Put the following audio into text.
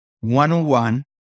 one-on-one